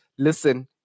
Listen